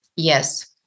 Yes